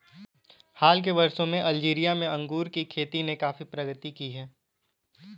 हाल के वर्षों में अल्जीरिया में अंगूर की खेती ने काफी प्रगति की है